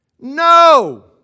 No